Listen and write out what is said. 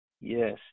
Yes